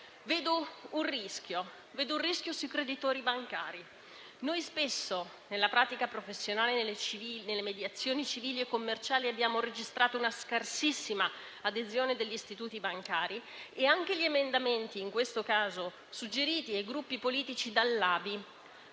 Vedo un rischio sui creditori bancari. Spesso nella pratica professionale nelle mediazioni civili e commerciali abbiamo registrato una scarsissima adesione degli istituti bancari e anche gli emendamenti in questo caso suggeriti ai gruppi politici